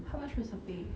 how much was the pay